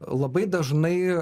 labai dažnai